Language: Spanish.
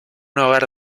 hogar